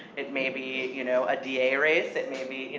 it may be, you know, a da race. it may be, you